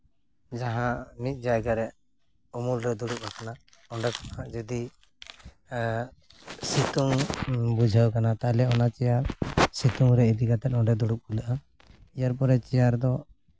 ᱡᱟᱦᱟᱸ ᱢᱤᱫ ᱡᱟᱭᱜᱟᱨᱮ ᱩᱢᱩᱞ ᱨᱮ ᱫᱩᱲᱩᱵ ᱠᱟᱱᱟ ᱚᱸᱰᱮ ᱠᱷᱚᱱᱟᱜ ᱡᱩᱫᱤ ᱥᱤᱛᱩᱝ ᱵᱩᱡᱷᱟᱹᱣ ᱮ ᱠᱟᱱᱟ ᱛᱟᱦᱚᱞᱮ ᱚᱱᱟ ᱪᱮᱭᱟᱨ ᱥᱤᱛᱩᱝ ᱨᱮ ᱤᱫᱤ ᱠᱟᱛᱮ ᱚᱸᱰᱮ ᱫᱩᱲᱩᱵ ᱠᱩᱞᱟᱹᱜᱼᱟ ᱤᱭᱟᱨᱯᱚᱨᱮ ᱪᱮᱭᱟᱨ ᱫᱚ